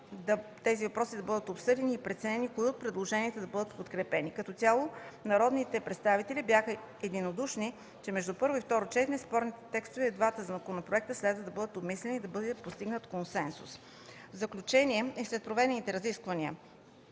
тези въпроси да бъдат обсъдени и да бъде преценено кои от предложенията да бъдат подкрепени. Като цяло народните представители бяха единодушни, че между първо и второ четене спорните текстове от двата законопроекта следва да бъдат обмислени и да бъде постигнат консенсус. В заключение и след проведените разисквания: